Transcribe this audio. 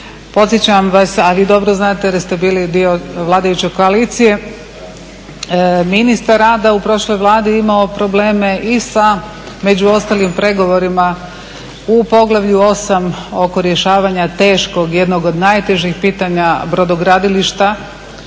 Podsjećam vas, a vi dobro znate jel ste bili dio vladajuće koalicije, ministar rada je u prošloj vladi imao probleme i sa među ostalim i pregovorima u poglavlju 8 oko rješavanja teškog jednog od najtežih pitanja brodogradilišta,